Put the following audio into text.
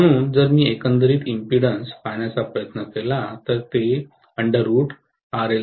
म्हणून जर मी एकंदरीत इम्पीडंस पाहण्याचा प्रयत्न केला तर ते होईल